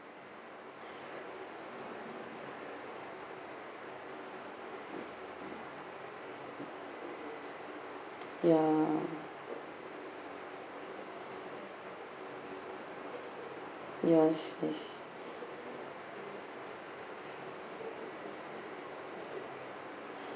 ya yes yes